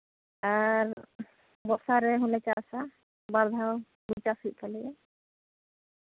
ᱟᱨ ᱵᱚᱨᱥᱟ ᱨᱮᱦᱚᱸᱞᱮ ᱪᱟᱥᱟ ᱵᱟᱨ ᱫᱷᱟᱣ ᱦᱩᱲᱩ ᱪᱟᱥ ᱦᱩᱭᱩᱜ ᱛᱟᱞᱮᱭᱟ